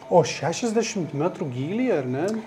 o šešiasdešimt metrų gylyje ar ne